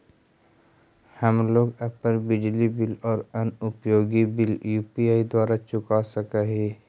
हम लोग अपन बिजली बिल और अन्य उपयोगि बिल यू.पी.आई द्वारा चुका सक ही